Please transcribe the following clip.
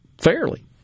fairly